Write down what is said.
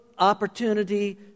opportunity